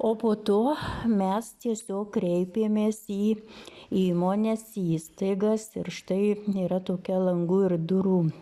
o po to mes tiesiog kreipėmės į įmones įstaigas ir štai yra tokia langų ir durų